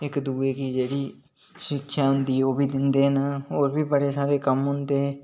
इक्क दूए गी जेह्ड़ी शिक्षा होंदी ऐ ओह्बी दिंदे न होर बी बड़े सारे कम्म होंदे